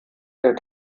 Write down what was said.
der